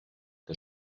que